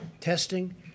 testing